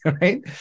right